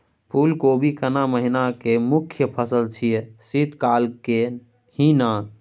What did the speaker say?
फुल कोबी केना महिना के मुखय फसल छियै शीत काल के ही न?